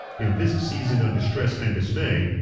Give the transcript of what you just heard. in this season of distress and dismay,